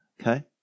okay